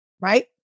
Right